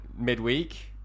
midweek